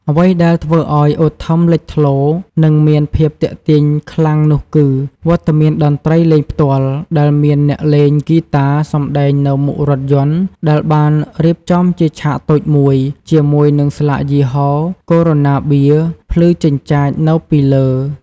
អ្វីដែលធ្វើឱ្យ អូ ថឹម លេចធ្លោ និងមានភាពទាក់ទាញខ្លាំងនោះគឺវត្តមានតន្ត្រីលេងផ្ទាល់ ដែលមានអ្នកលេងហ្គីតាសំដែងនៅមុខរថយន្តដែលបានរៀបចំជាឆាកតូចមួយ ជាមួយនឹងស្លាកយីហោ កូរ៉ូណាបៀរ ភ្លឺចិញ្ចាចនៅពីលើ។